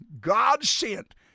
God-sent